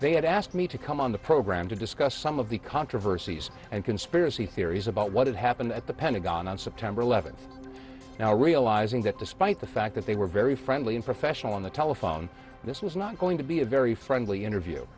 they had asked me to come on the program to discuss some of the controversies and conspiracy theories about what had happened at the pentagon on september eleventh now realizing that despite the fact that they were very friendly and professional on the telephone this was not going to be a very friendly interview